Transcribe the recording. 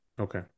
Okay